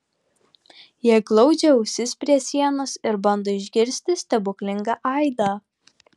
jie glaudžia ausis prie sienos ir bando išgirsti stebuklingą aidą